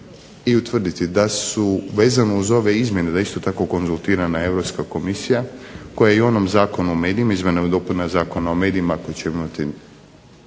i utvrditi da su vezano uz ove izmjene, da je isto tako konzultirana Europska Komisija koja je i u onom Zakonu o medijima, izmjenama i dopunama Zakona o medijima koji ćemo